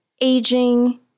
aging